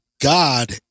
God